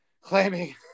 claiming